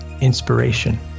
inspiration